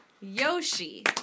Yoshi